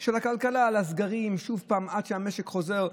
של הכלכלה, מהסגרים, שוב, עד שהמשק חוזר.